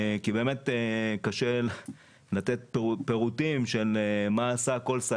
כי קשה לתת פירוטים של מה עשה כל סייר בכל משמרת.